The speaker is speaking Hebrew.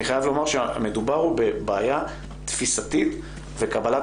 אני חייב לומר שהמדובר הוא בבעיה תפיסתית וקבלת